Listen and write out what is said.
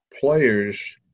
players